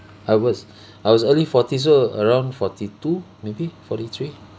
I was I was early forties so around forty two maybe forty three